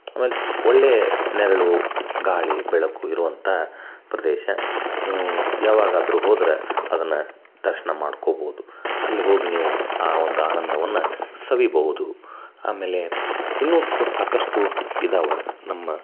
ಆಮೇಲೆ ಒಳ್ಳೆಯ ನೆರಳು ಗಾಳಿ ಬೆಳಕು ಇರುವಂಥ ಪ್ರದೇಶ ನೀವು ಯಾವಾಗಾದರೂ ಹೋದ್ರೆ ಅದನ್ನ ದರ್ಶನ ಮಾಡ್ಕೊಬೋದು ಅಲ್ಲಿ ಹೋಗಿ ನೀವು ಆ ಒಂದು ಆನಂದವನ್ನು ಸವಿಯಬಹುದು ಆಮೇಲೆ ಇನ್ನೂ ಸೊ ಸಾಕಷ್ಟು ಇದಾವ ನಮ್ಮ